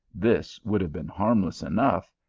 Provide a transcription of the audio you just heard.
this would have been harmless enough,